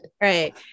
Right